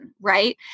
right